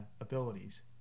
abilities